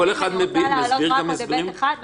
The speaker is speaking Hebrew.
אתה מפרק את זה.